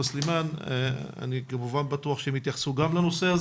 סלימאן שאני בטוח שגם יתייחסו לנושא.